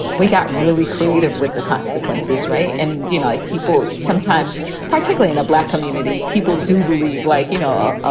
we got really creative with the consequences. right. and you know like people sometimes, particularly in the black community, people do believe, like, you know, ah